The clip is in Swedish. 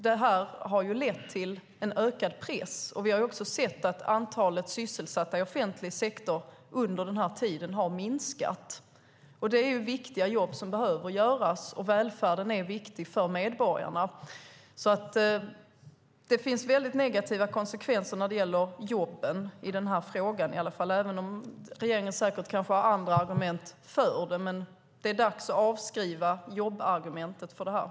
Detta har lett till en ökad press. Vi har också sett att antalet sysselsatta i offentlig sektor har minskat under denna tid. Det är viktiga jobb som behöver göras, och välfärden är viktig för medborgarna. Det finns alltså mycket negativa konsekvenser när det gäller jobben i denna fråga, även om regeringen kanske har andra argument för det. Men det är dags att avskriva jobbargumentet för detta.